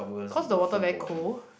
cause the water very cold